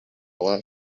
lot